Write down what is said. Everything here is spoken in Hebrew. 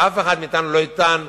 ואף אחד מאתנו לא יטען